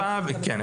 כן,